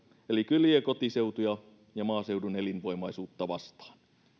eli kyliä kotiseutuja ja maaseudun elinvoimaisuutta vastaan